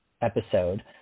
episode